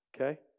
okay